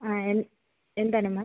ആ എ എന്താണ് മാം